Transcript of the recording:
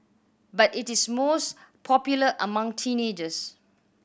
but it is most popular among teenagers